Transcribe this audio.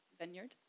Vineyard